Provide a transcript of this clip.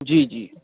جی جی